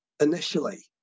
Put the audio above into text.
initially